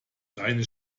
reine